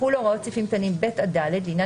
יחולו הוראות סעיפים קטנים (ב) עד (ד) לעניין